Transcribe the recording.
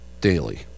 daily